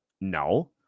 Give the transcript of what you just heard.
No